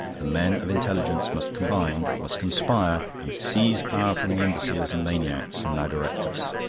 the men of intelligence must combine, must conspire, and seize power from the imbeciles and maniacs who now direct us.